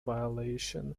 violation